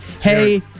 Hey